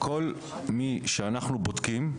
כל מי שאנחנו בודקים,